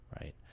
right